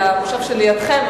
למושב שלידכם,